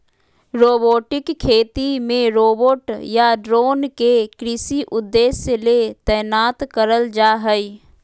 robotic खेती मे robot या ड्रोन के कृषि उद्देश्य ले तैनात करल जा हई